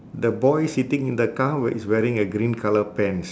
the boy sitting in the car we~ is wearing a green colour pants